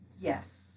Yes